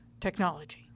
technology